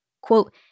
Quote